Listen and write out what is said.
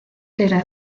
era